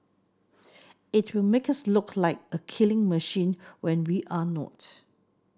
it will make us look like a killing machine when we're not